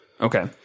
Okay